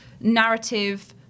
narrative